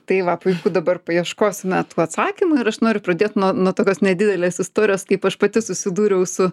tai va puiku dabar paieškosime tų atsakymų ir aš noriu pradėt nuo nuo tokios nedidelės istorijos kaip aš pati susidūriau su